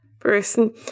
person